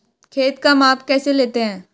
खेत का माप कैसे लेते हैं?